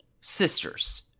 sisters